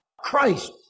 Christ